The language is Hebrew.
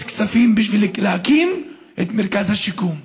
כספים בשביל להקים את מרכז השיקום.